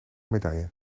medaille